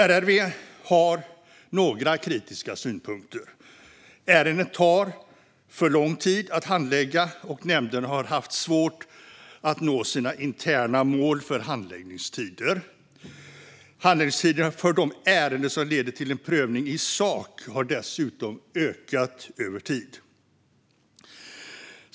RRV har några kritiska synpunkter. Ärenden tar för lång tid att handlägga, och nämnden har haft svårt att nå sina interna mål för handläggningstider. Handläggningstiderna för de ärenden som leder till en prövning i sak har dessutom ökat över tid.